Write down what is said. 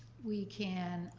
we can